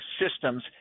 systems